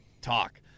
talk